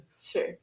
Sure